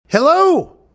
Hello